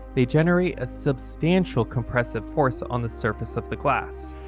they generate a substantial compressive force on the surface of the glass.